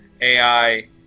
AI